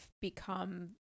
become